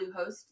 Bluehost